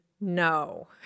no